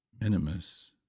minimus